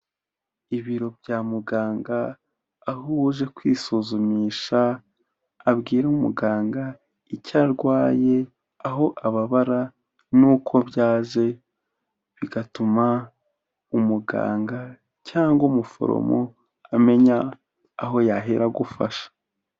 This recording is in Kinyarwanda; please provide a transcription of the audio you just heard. Ibiro bya muganga aho uje kwisuzumisha abwira umuganga icyo arwaye, aho ababara n'uko byaje, bigatuma umuganga cyangwa umuforomo amenya aho yahera agufasha.